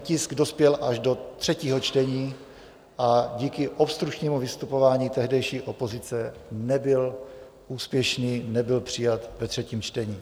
Tisk dospěl až do třetího čtení a díky obstrukčnímu vystupování tehdejší opozice nebyl úspěšný, nebyl přijat ve třetím čtení.